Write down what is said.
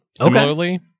similarly